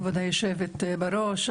כבוד היושבת-בראש,